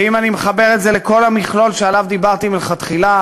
ואם אני מחבר את זה לכל המכלול שעליו דיברתי מלכתחילה,